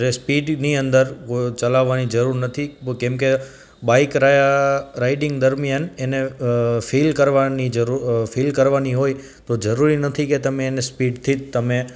રે સ્પીડની અંદર ચલાવવાની જરૂર નથી કેમકે બાઇક રાઇડિંગ દરમ્યાન એને ફિલ કરવાની ફિલ કરવાની હોય તો જરૂરી નથી કે તમે એને સ્પીડથી જ તમે